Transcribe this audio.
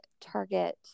Target